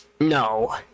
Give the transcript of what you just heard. No